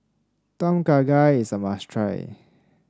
Tom Kha Gai is a must try